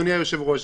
אדוני היושב-ראש.